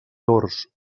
tords